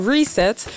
Reset